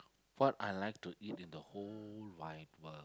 what I like to eat in the whole wide world